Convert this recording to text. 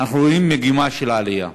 אנחנו רואים מגמה של עלייה.